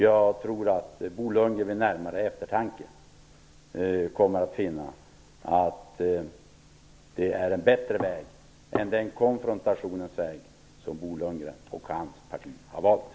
Jag tror att Bo Lundgren vid närmare eftertanke kommer att finna att det är en bättre väg än den konfrontationens väg som Bo Lundgren och hans parti har valt.